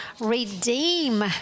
redeem